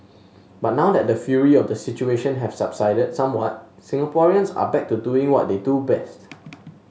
but now that the fury of the situation have subsided somewhat Singaporeans are back to doing what they do best